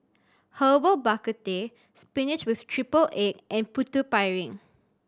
Herbal Bak Ku Teh spinach with triple egg and Putu Piring